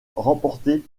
remportée